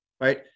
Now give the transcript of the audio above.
Right